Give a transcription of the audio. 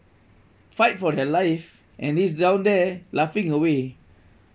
fight for their life and he's down there laughing away